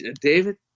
David